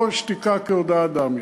לא שתיקה כהודאה דמי.